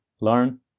learn